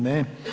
Ne.